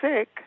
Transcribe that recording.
sick